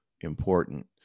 important